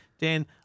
Dan